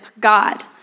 God